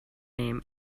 name